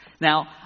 Now